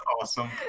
awesome